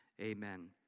Amen